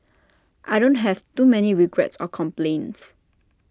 I don't have too many regrets or complaints